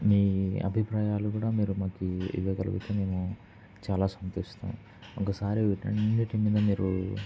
మీ అభిప్రాయాలు కూడా మీరు మాకు ఇవ్వగలిగితే మేము చాలా సంతోషిస్తాం ఒకసారి వీటన్నింటిని మీరు